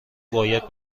باید